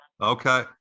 Okay